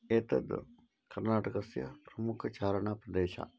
एतद् कर्नाटकस्य प्रमुखः चारणप्रदेशः